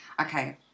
Okay